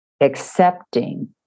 accepting